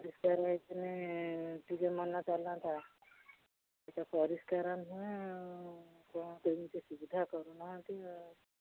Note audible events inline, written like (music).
(unintelligible) ଟିକେ ମନ କରନ୍ତା ସେଟା ପରିଷ୍କାର ନୁହେଁ କ'ଣ କେମିତି ସୁବିଧା କରୁନାହାନ୍ତି ଆଉ